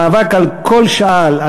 המאבק על כל שעל,